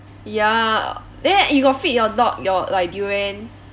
ya then you got feed your dog your like durian